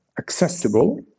accessible